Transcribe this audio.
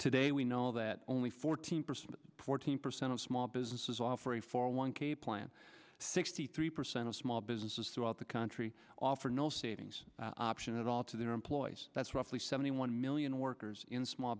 today we know that only fourteen percent fourteen percent of small businesses offer a four one k plan sixty three percent of small businesses throughout the country offer no savings option at all to their employees that's roughly seventy one million workers in small